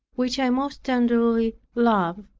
which i most tenderly love,